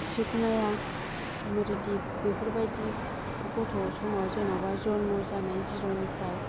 सुखनाया मरिदिप बिफोरबादि गथ' समाव जेन'बा जन्म' जानाय जिर' निफ्राय